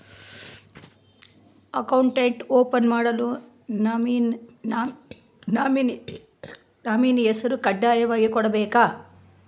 Account open ಮಾಡಲು nominee ಹೆಸರು ಕಡ್ಡಾಯವಾಗಿ ಕೊಡಬೇಕಾ?